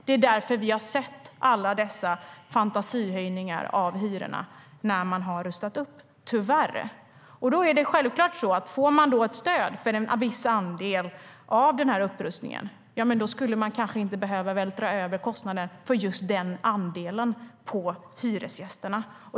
Det är därför vi har sett alla dessa fantasihöjningar av hyrorna när man har rustat upp - tyvärr. Då är det självklart så att om man får ett stöd för en viss andel av upprustningen, ja, då skulle man kanske inte behöva vältra över kostnaden för just den andelen på hyresgästerna.